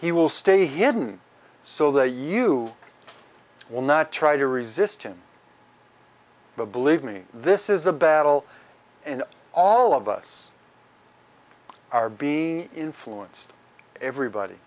he will stay hidden so that you will not try to resist him but believe me this is a battle and all of us are be influence everybody